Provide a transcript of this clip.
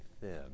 thin